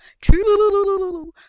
true